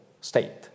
state